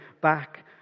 back